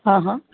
હં હં